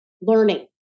learning